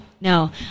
No